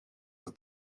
zijn